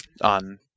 On